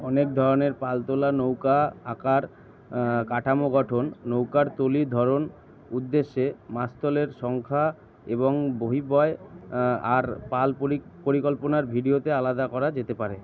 অনেক ধরনের পালতোলা নৌকা আকার কাঠামো গঠন নৌকার তলি ধরন উদ্দেশ্যে মাস্তুলের সংখ্যা এবং বহিবয় আর পাল পরি পরিকল্পনার ভিডিওতে আলাদা করা যেতে পারে